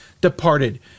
departed